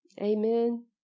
Amen